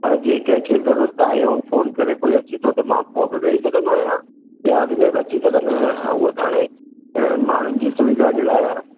पर जंहिं कंहिंखे ज़रूरत आहे ऐं फ़ोन करे कोई अचे थो त मां पोइ बि वेई सघंदो आहियां या अॻ में बि अची सघंदो आहियां उहो त हाणे त मां हुनजी सुविधा जे लाइ आहे